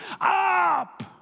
up